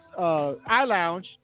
iLounge